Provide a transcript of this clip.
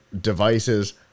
devices